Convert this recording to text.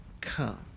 come